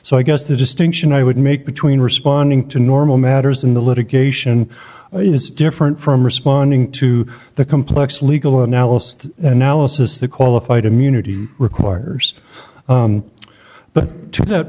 so i guess the distinction i would make between responding to normal matters in the litigation is different from responding to the complex legal analysis the analysis the qualified immunity requires but to th